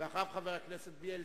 אחריו, חבר הכנסת בילסקי.